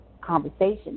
conversation